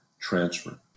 transfer